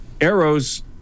Arrow's